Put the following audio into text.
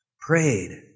prayed